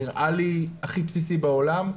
נראה לי הכי בסיסי בעולם,